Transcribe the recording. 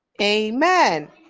amen